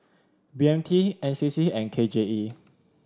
B M T N C C and K J E